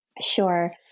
Sure